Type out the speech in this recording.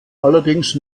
allerdings